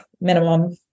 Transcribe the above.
minimum